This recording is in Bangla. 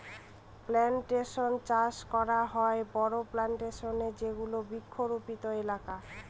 প্লানটেশন চাষ করা হয় বড়ো প্লানটেশনে যেগুলো বৃক্ষরোপিত এলাকা